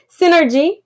synergy